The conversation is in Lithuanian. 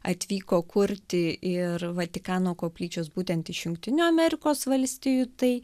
atvyko kurti ir vatikano koplyčios būtent iš jungtinių amerikos valstijų tai